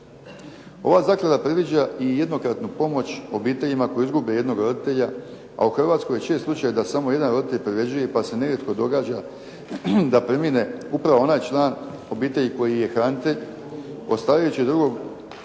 Ova zaklada predviđa i jednokratnu pomoć obiteljima ako izgube jednog roditelja, a u Hrvatskoj je čest slučaj da samo jedan roditelj privređuje pa se nerijetko događa da premine upravo onaj član obitelji koji je hranitelj, ostavljajući drugog